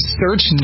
search